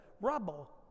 rubble